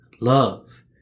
Love